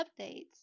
updates